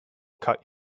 cut